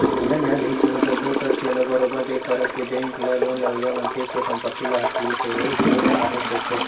जिला न्यायधीस ह सब्बो तथ्य ल बरोबर देख परख के बेंक ल लोन लेवइया मनखे के संपत्ति ल हथितेये के आदेश देथे